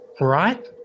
Right